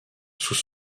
sous